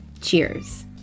cheers